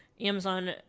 Amazon